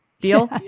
Deal